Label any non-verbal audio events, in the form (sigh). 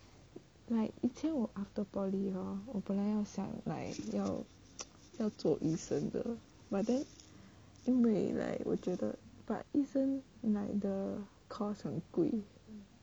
like 以前我 after poly hor 我本来要想 like 要 (noise) 要做医生的 but then 因为 like 我觉得 but 医生 like the course 很贵